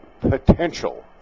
potential